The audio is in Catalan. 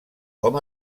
com